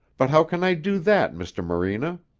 but how can i do that, mr. morena?